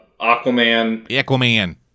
Aquaman